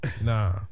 Nah